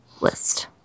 list